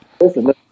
listen